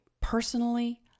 personally